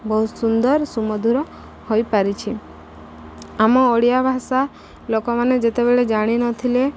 ବହୁତ ସୁନ୍ଦର ସୁମଧୁର ହୋଇପାରିଛି ଆମ ଓଡ଼ିଆ ଭାଷା ଲୋକମାନେ ଯେତେବେଳେ ଜାଣିନଥିଲେ